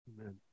Amen